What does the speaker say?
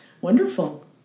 Wonderful